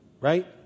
Right